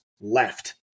left